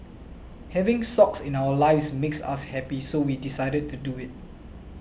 having Socks in our lives makes us happy so we decided to do it